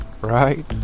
right